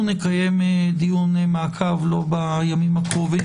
אנחנו נקיים דיון מעקב לא בימים הקרובים,